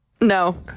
No